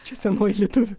čia senoji lietuvių